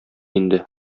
инде